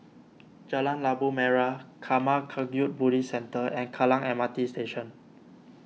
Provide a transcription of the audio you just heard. Jalan Labu Merah Karma Kagyud Buddhist Centre and Kallang M R T Station